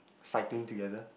cycling together